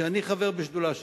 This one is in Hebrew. ואני חבר בשדולה שלך,